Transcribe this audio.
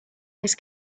miss